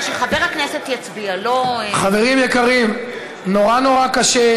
ושמי שקוראים בשמו ירים את ידו ויאמר מה הוא מצביע.